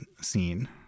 scene